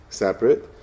separate